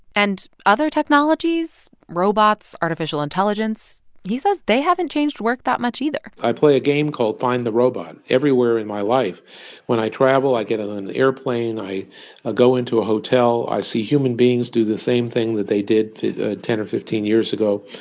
and other technologies robots, artificial intelligence he says they haven't changed work that much either i play a game called find the robot everywhere in my life when i travel, i get in and an airplane, i ah go into a hotel. i see human beings do the same thing that they did ten or fifteen years ago.